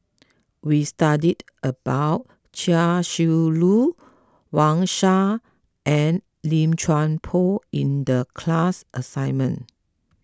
we studied about Chia Shi Lu Wang Sha and Lim Chuan Poh in the class assignment